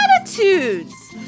attitudes